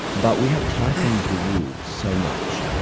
but we have tightened the rules so much,